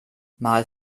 mal